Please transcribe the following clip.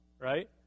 right